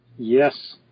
Yes